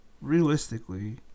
realistically